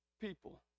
people